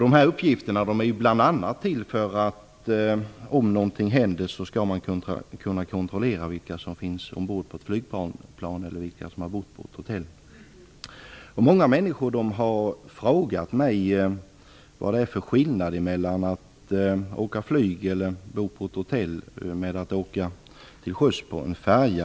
Dessa uppgifter är bl.a. till för att det, om någonting händer, skall gå att kontrollera vilka som finns ombord på ett flygplan eller vilka som har bott på ett hotell. Många människor har frågat mig vad det är för skillnad mellan att åka flyg eller bo på ett hotell och att åka till sjöss på en färja.